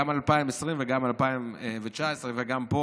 גם על 2020 וגם על 2019. וגם פה